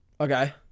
Okay